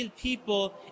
people